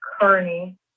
Kearney